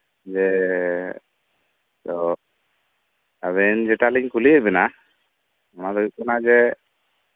ᱡᱮ ᱥᱚᱵ ᱟᱵᱮᱱ ᱡᱮᱴᱟᱞᱤᱧ ᱠᱩᱞᱤᱭᱮᱫ ᱵᱮᱱᱟ ᱚᱱᱟ ᱫᱚ ᱦᱩᱭᱩᱜ ᱠᱟᱱᱟ ᱡᱮ